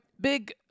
big